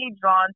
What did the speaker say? drawn